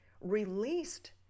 released